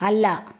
ಅಲ್ಲ